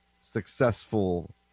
successful